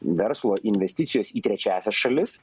verslo investicijos į trečiąsias šalis